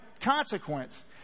consequence